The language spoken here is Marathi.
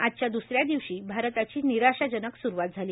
आजच्या द्रसऱ्या दिवशी भारताची निराशाजनक सुरूवात झाली